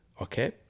okay